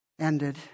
ended